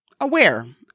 aware